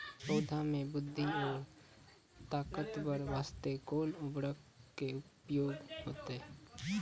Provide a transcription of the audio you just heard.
पौधा मे बृद्धि और ताकतवर बास्ते कोन उर्वरक के उपयोग होतै?